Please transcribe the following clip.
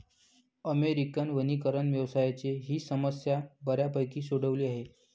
American वनीकरण व्यवसायाने ही समस्या बऱ्यापैकी सोडवली आहे